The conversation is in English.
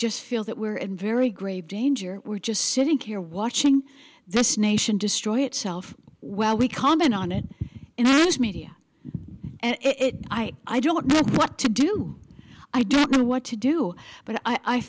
just feel that we're in very grave danger we're just sitting here watching this nation destroy itself well we comment on it in the news media and it i i i don't know what to do i don't know what to do but i